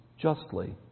justly